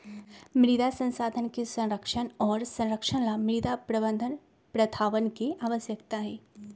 मृदा संसाधन के संरक्षण और संरक्षण ला मृदा प्रबंधन प्रथावन के आवश्यकता हई